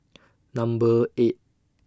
Number eight